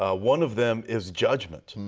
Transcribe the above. ah one of them is judgment.